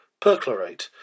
perchlorate